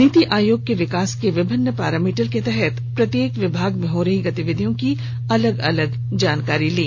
नीति आयोग के विकास के विभिन्न पारा मीटर के तहत प्रत्येक विभागों में हो रही गतिविधियों की अलग अलग जानकारी ली